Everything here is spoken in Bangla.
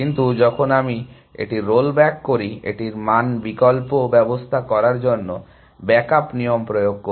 কিন্তু যখন আমি এটি রোল ব্যাক করি এটি মান বিকল্প ব্যবস্থা করার জন্য ব্যাক আপ নিয়ম প্রয়োগ করে